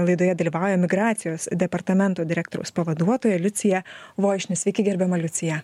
laidoje dalyvauja migracijos departamento direktoriaus pavaduotoja liucija voišnis sveiki gerbiama liucija